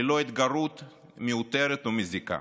ללא התגרות מיותרת ומזיקה.